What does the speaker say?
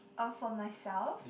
oh for myself